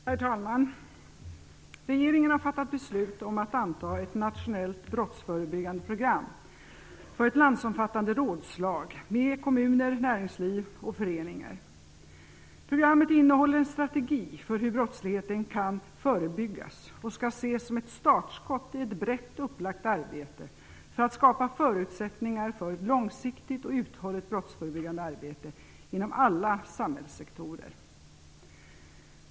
Herr talman! Regeringen har fattat beslut om att anta ett nationellt brottsförebyggande program för ett landsomfattande rådslag med kommuner, näringsliv och föreningar. Programmet innehåller en strategi för hur brottsligheten kan förebyggas och skall ses som ett startskott i ett brett upplagt arbete för att skapa förutsättningar för ett långsiktigt och uthålligt brottsförebyggande arbete inom alla samhällssektorer.